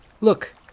Look